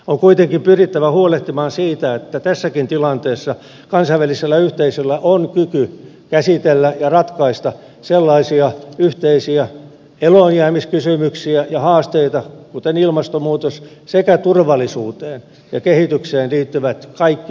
on kuitenkin pyrittävä huolehtimaan siitä että tässäkin tilanteessa kansainvälisellä yhteisöllä on kyky käsitellä ja ratkaista sellaisia yhteisiä eloonjäämiskysymyksiä ja haasteita kuin ilmastomuutosta sekä kaikkia turvallisuuteen ja kehitykseen liittyviä yhteisiä ongelmia